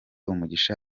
umugisha